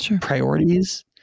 priorities